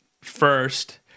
first